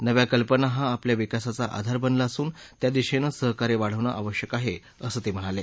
नव्या कल्पना हा आपल्या विकासाचा आधार बनला असून त्या दिशेनं सहकार्य वाढवणं आवश्यक आहे असं ते म्हणाले